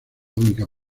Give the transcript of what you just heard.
única